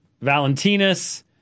Valentinus